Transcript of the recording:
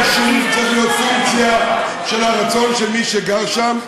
גודל היישוב צריך להיות פונקציה של הרצון של מי שגר שם,